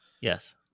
Yes